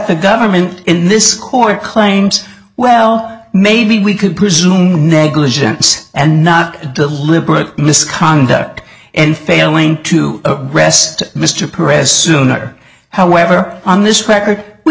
the government in this court claims well maybe we can presume negligence and not deliberate misconduct and failing to rest mr perez sooner however on this